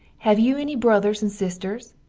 have you enny brothers and sisters?